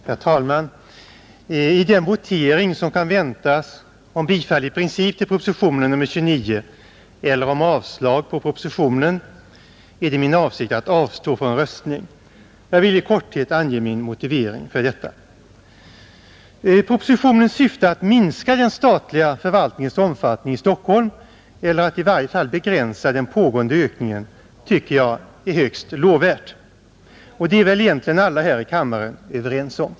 Herr talman! I den votering som kan väntas om bifall i princip till propositionen 29 eller avslag på den är det min avsikt att avstå från röstning. Jag vill i korthet ange min motivering för detta. Propositionens syfte att minska den statliga förvaltningens omfattning i Stockholm eller att i varje fall begränsa den pågående ökningen tycker jag är högst lovvärt, och det är väl egentligen alla här i kammaren överens om.